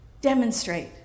demonstrate